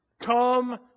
Come